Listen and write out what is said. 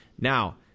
Now